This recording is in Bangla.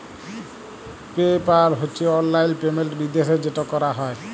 পে পাল হছে অললাইল পেমেল্ট বিদ্যাশে যেট ক্যরা হ্যয়